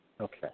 Okay